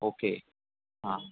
okay हाँ